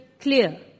clear